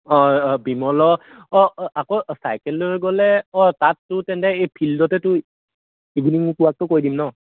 অঁ অঁ বিমলৰ অঁ আকৌ চাইকেল লৈ গ'লে অঁ তাততো তেন্তে এই ফিল্ডতেতো ইভিননিং ৱাকটো কৰি দিম ন